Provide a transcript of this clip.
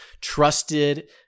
trusted